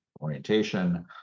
orientation